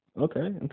okay